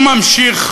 הוא ממשיך